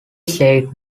said